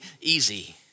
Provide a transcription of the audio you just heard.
easy